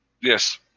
Yes